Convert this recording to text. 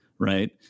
right